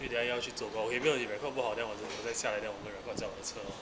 一定要去做过 even you record 不好 then 我之我在下来 then 我们 record 在我的车 ah